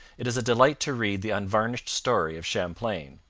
it is a delight to read the unvarnished story of champlain.